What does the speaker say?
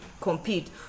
compete